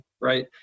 right